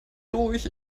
durch